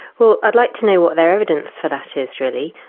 well, i'd like to know what their evidence for that is, really.